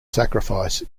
sacrifice